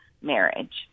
marriage